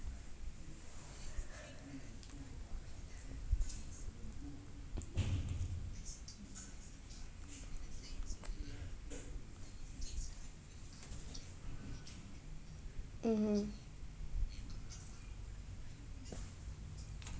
mmhmm